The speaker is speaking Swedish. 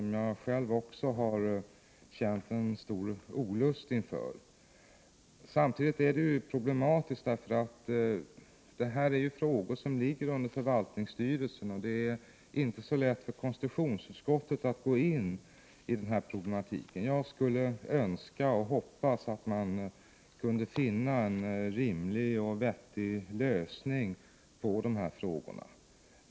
Jag har själv också känt en stor olust inför det fallet. Det är dock problematiskt, eftersom detta är en fråga som ligger under förvaltningsstyrelsen. Det är då inte så lätt för konstitutionsutskottet att gå in i den problematiken. Jag skulle önska och hoppas att man kunde finna en rimlig och vettig lösning på dessa frågor.